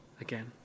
again